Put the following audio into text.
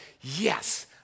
yes